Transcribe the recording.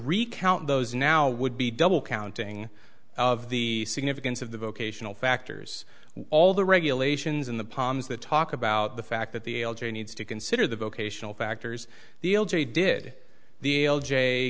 recount those now would be double counting of the significance of the vocational factors all the regulations in the palms that talk about the fact that the elder needs to consider the vocational factors the did the